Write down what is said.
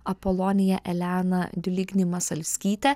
apoloniją eleną diligni masalskytę